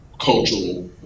cultural